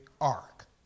ark